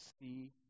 see